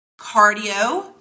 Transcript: cardio